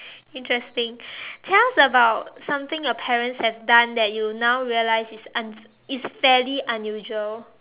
interesting tell us about something your parents have done that you now realize is un~ is fairly unusual